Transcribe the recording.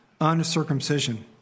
Uncircumcision